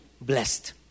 blessed